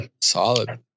Solid